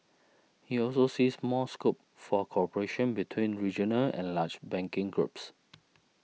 he also sees more scope for cooperation between regional and large banking groups